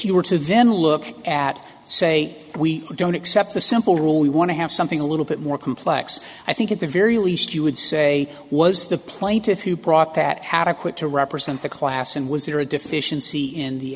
you were to then look at say we don't accept the simple rule we want to have something a little bit more complex i think at the very least you would say was the plaintiffs who brought that adequate to represent the class and was there a deficiency in the